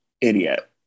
Idiot